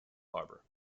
harbor